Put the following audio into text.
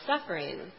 suffering